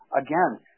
again